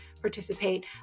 participate